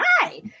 hi